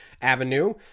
Avenue